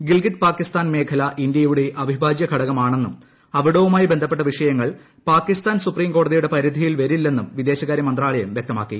ഗിൽഗിത് പാക്കിസ്ഥാൻ മേഖല ഇന്ത്യയുടെ അവിഭാജ്യ ഘടകമാണെന്നും അവിടവുമായി ബന്ധപ്പെട്ട വിഷയങ്ങൾ പാക്കിസ്ഥാൻ സുപ്രീം കോടതിയുടെ പരിധിയിൽ വരില്ലെന്നും വിദേശകാരൃ മന്ത്രാലയം വ്യക്തമാക്കി